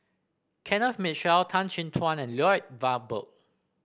Kenneth Mitchell Tan Chin Tuan and Lloyd Valberg